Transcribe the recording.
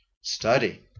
study